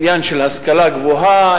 עניין של השכלה גבוהה,